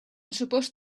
supposed